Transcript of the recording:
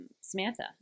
Samantha